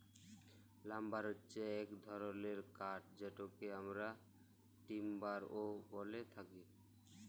lumber হচ্যে এক ধরলের কাঠ যেটকে আমরা টিম্বার ও ব্যলে থাকি